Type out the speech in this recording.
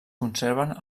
conserven